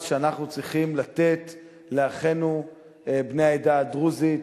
שאנחנו צריכים לתת לאחינו בני העדה הדרוזית,